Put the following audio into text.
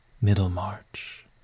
Middlemarch